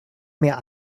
mehr